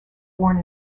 born